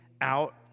out